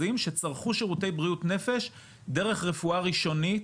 שצרכו שירותי בריאות נפש דרך רפואה ראשונית,